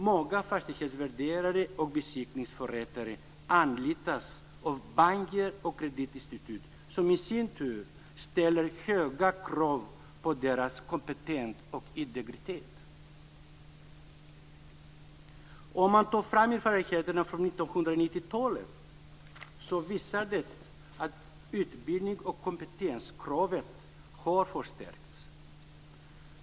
Många fastighetsvärderare och besiktningsförrättare anlitas av banker och kreditinstitut som i sin tur ställer höga krav på deras kompetens och integritet. Erfarenheterna från 1990-talet visar att utbildnings och kompetenskravet har förstärkts.